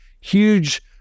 huge